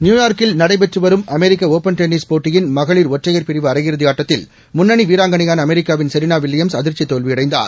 நியூயார்க்கில் நடைபெற்று வரும் அமெரிக்க ஒப்பன் டென்னிஸ் போட்டியின் மகளிர் ஒற்றையர் பிரிவு அரையிறதி ஆட்டத்தில் முன்னணி வீராங்கனையான அமெரிக்காவின் செரீனா வில்லியம்ஸ் அதிர்ச்சி தோல்வியடைந்தார்